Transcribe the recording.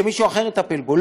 שמישהו אחר יטפל בו.